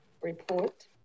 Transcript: report